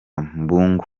mbungo